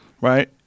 right